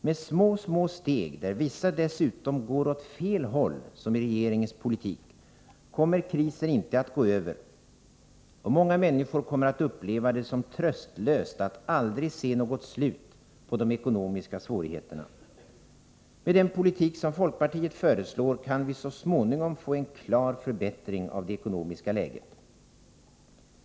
Med små, små steg — av vilka vissa dessutom går åt fel håll, som i regeringens politik — kommer krisen inte att gå över, och många människor kommer att uppleva det som tröstlöst att aldrig se något slut på de ekonomiska svårigheterna. Med den politik som folkpartiet föreslår kan vi så småningom få se en klar förbättring av det ekonomiska läget.